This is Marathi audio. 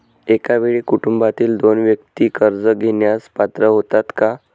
एका वेळी कुटुंबातील दोन व्यक्ती कर्ज घेण्यास पात्र होतात का?